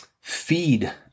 feed